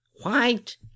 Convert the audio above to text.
white